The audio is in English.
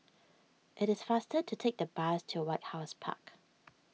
it is faster to take the bus to White House Park